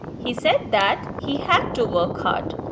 he said that he had to work hard.